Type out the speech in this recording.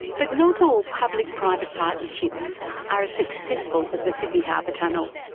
but not all public private partnerships are as successful as the sydney harbour tunnel.